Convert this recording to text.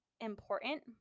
important